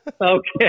Okay